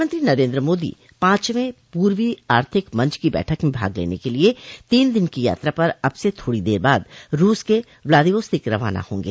प्रधानमंत्री नरेंद्र मोदी पांचवें पूर्वी आर्थिक मंच की बैठक में भाग लेने के लिए तीन दिन की यात्रा पर अब से थोड़ी देर बाद रूस के व्लादिवोस्तोक रवाना होंगे